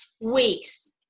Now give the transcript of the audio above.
weeks